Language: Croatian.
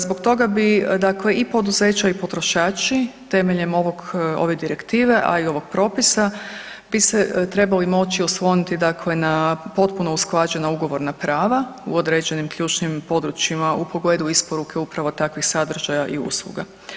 Zbog toga bi, dakle i poduzeća i potrošači, temeljem ove Direktive, a i ovog propisa bi se trebali moći osloniti dakle na potpuno usklađena ugovorna prava u određenim ključnim područjima u pogledu isporuke upravo takvih sadržaja i usluga.